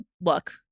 look